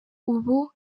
ubu